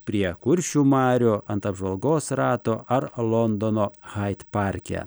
prie kuršių marių ant apžvalgos rato ar londono hait parke